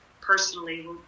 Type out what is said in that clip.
personally